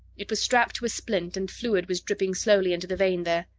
it was strapped to a splint, and fluid was dripping slowly into the vein there.